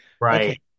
right